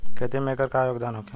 खेती में एकर का योगदान होखे?